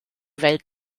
welt